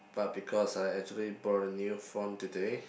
but because I actually bought a new phone today